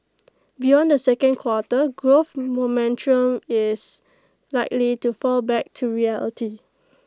beyond the second quarter growth momentum is likely to fall back to reality